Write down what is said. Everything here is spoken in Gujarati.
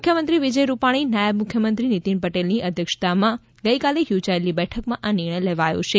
મુખ્યમંત્રી વિજય રૂપાણી નાયબ મુખ્યમંત્રી નીતિન પટેલની અધ્યક્ષતામાં ગઇકાલે યોજાયેલી બેઠકમાં આ નિર્ણય લેવાયો છે